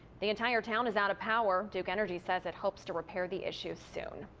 the entire town is out of power. duke energy says it hopes to repair the issues soon.